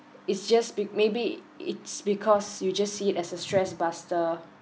it's just be maybe it's because you just see it as a stress buster